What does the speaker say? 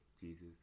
Jesus